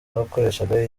bakoreshaga